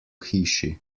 hiši